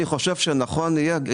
אני חושב שנכון יהיה,